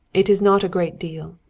it is not a great deal.